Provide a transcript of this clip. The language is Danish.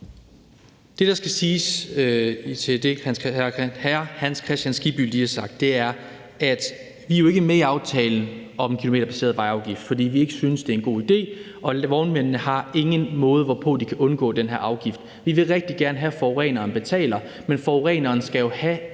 lige har sagt, er, at vi jo ikke er med i aftalen om kilometerbaseret vejafgift, for vi synes ikke, det er en god idé, og vognmændene har ingen måde, hvorpå de kan undgå den her afgift. Vi vil rigtig gerne have, at forureneren betaler, men forureneren skal jo have